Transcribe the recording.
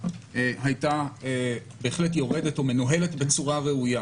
הייתה בהחלט יורדת או מנוהלת בצורה ראויה.